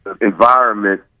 environment